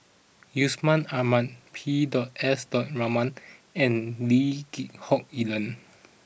Yusman Aman P dot S dot Raman and Lee Geck Hoon Ellen